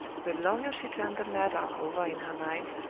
the longer she turned the matter over in her mind,